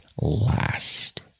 last